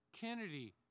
Kennedy